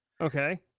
okay